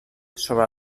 sobre